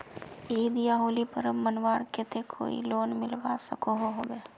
ईद या होली पर्व मनवार केते कोई लोन मिलवा सकोहो होबे?